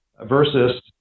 versus